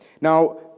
Now